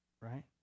right